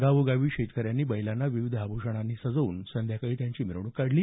गावोगावी शेतकऱ्यांनी बैलांना विविध आभ्षणांनी सजवून संध्याकाळी मिरवणूक काढली